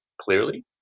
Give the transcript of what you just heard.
clearly